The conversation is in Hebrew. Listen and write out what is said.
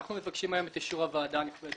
אנחנו מבקשים היום את אישור הוועדה הנכבדה